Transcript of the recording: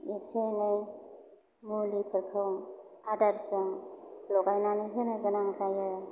एसे एनै मुलिफोरखौ आदारजों लगायनानै होनो गोनां जायो